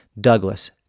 Douglas